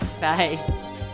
Bye